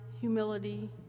humility